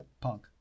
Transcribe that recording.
punk